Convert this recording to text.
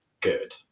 good